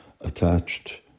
attached